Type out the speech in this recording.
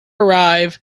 arrive